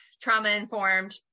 trauma-informed